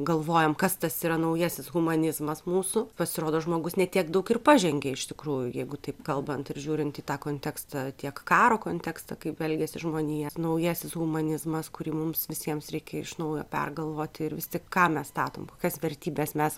galvojam kas tas yra naujasis humanizmas mūsų pasirodo žmogus ne tiek daug ir pažengė iš tikrųjų jeigu taip kalbant ir žiūrint į tą kontekstą tiek karo kontekstą kaip elgiasi žmonija ir naujasis humanizmas kurį mums visiems reikia iš naujo pergalvoti ir vis tik ką mes statom kokias vertybes mes